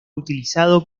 utilizado